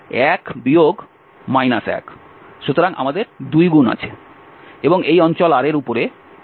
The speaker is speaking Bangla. সুতরাং আমাদের 2 গুণ আছে এবং এই অঞ্চল R এর উপরে এই dx dy আছে